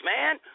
man